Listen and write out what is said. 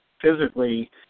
physically